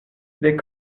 les